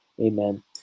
Amen